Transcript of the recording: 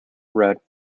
red